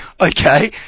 Okay